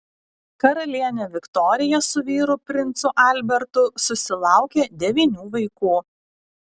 karalienė viktorija su vyru princu albertu susilaukė devynių vaikų